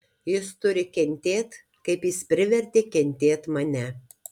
jis turi kentėt kaip jis privertė kentėt mane